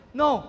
no